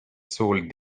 sold